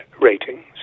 ratings